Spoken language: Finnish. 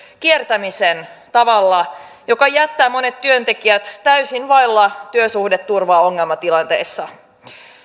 kiertämisen tavalla joka jättää monet työntekijät täysin vaille työsuhdeturvaa ongelmatilanteissa